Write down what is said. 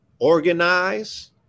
Organize